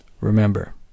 Remember